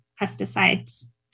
pesticides